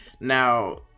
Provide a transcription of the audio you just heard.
now